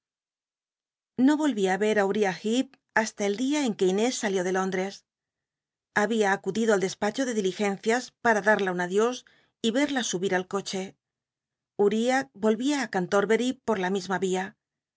no vol vi á ver í uriah hecp hasta el dia en c uc inés salió de lóndrcs había acudido al despacho de diligencias pata darla un nd ios y veda subir al coche ul'iab volvía ú cantorbery por la misma via